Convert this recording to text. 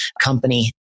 company